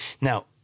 Now